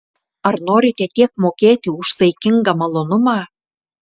ar norite tiek mokėti už saikingą malonumą